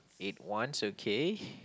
eight ones okay